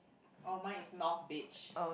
oh mine is north beach